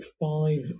five